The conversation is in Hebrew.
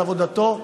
על עבודתו.